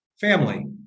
Family